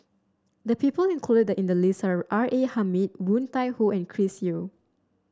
the people included in the list are R A Hamid Woon Tai Ho and Chris Yeo